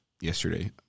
yesterday